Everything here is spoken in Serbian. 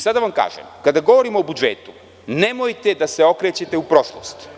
Sada vam kažem, kada govorimo o budžetu, nemojte da se okrećete u prošlost.